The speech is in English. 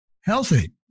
healthy